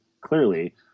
clearly